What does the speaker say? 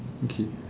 okay